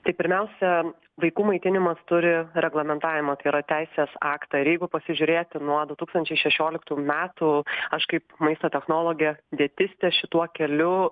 tai pirmiausia vaikų maitinimas turi reglamentavimą tai yra teisės aktą ir jeigu pasižiūrėti nuo du tūkstančiai šešioliktų metų aš kaip maisto technologė dietistė šituo keliu